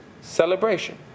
celebration